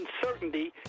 uncertainty